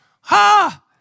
ha